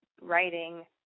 writing